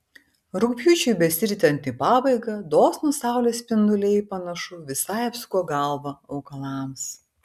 rugpjūčiui besiritant į pabaigą dosnūs saulės spinduliai panašu visai apsuko galvą augalams